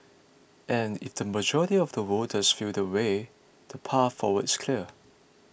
and if the majority of the voters feel that way the path forward is clear